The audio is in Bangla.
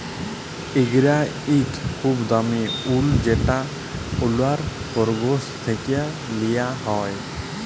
ইঙ্গরা ইক খুব দামি উল যেট অল্যরা খরগোশ থ্যাকে লিয়া হ্যয়